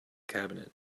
cabinet